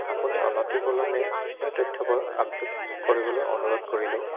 আপুনি অনতিপলমে সেই তথ্যবৰ আপডেট কৰিবলৈ অনুৰোধ কৰিলোঁ